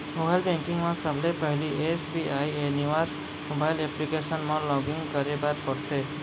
mobile banking म सबले पहिली एस.बी.आई एनिवर मोबाइल एप्लीकेसन म लॉगिन करे बर परथे